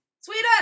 Sweden